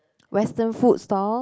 western food stall